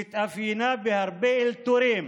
שהתאפיינה בהרבה אלתורים